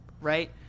right